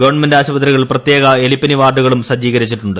സ്ത്വൺമെന്റ് ആശുപത്രികളിൽ പ്രത്യേക എലിപ്പനി വാർഡുകളും സജ്ജീകരിച്ചിട്ടുണ്ട്